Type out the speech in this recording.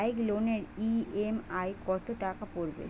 Bike লোনের EMI কত টাকা পড়বে?